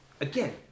again